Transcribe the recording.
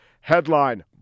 headline